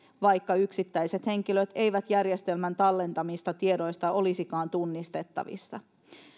vaikka yksittäiset henkilöt eivät järjestelmän tallentamista tiedoista olisikaan tunnistettavissa